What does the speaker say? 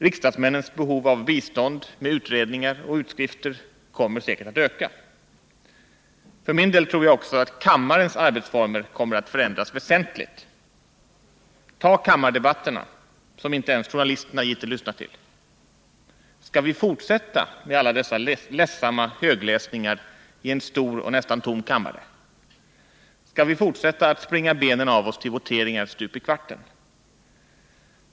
Riksdagsmännens behov av bistånd med utredningar och utskrifter kommer säkert att öka. För min del tror jag också att kammarens arbetsformer kommer att förändras väsentligt. Ta kammardebatterna, som inte ens journalisterna gitter lyssna till — skall vi fortsätta med alla dessa ledsamma högläsningar i en stor och nästan tom kammare? Skall vi fortsätta att springa benen av oss till voteringar stup i kvarten?